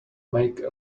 make